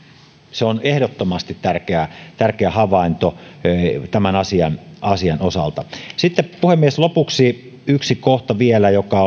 se on ehdottomasti tärkeä havainto tämän asian asian osalta sitten puhemies lopuksi yksi kohta vielä joka